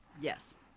Yes